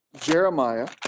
Jeremiah